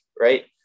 right